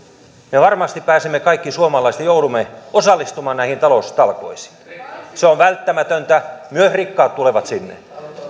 me kaikki suomalaiset varmasti joudumme osallistumaan näihin taloustalkoisiin se on välttämätöntä myös rikkaat tulevat sinne